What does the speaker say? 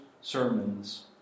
sermons